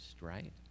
right